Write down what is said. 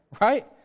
right